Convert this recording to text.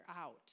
out